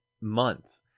month